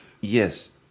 yes